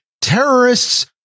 terrorists